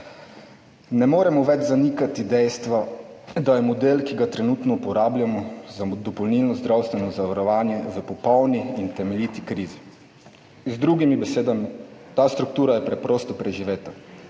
Ne moremo več zanikati dejstva, da je model, ki ga trenutno uporabljamo za dopolnilno zdravstveno zavarovanje, v popolni in temeljiti krizi. Z drugimi besedami, ta struktura je preprosto preživeta.